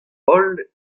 holl